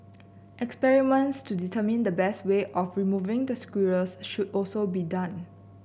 experiments to determine the best way of removing the squirrels should also be done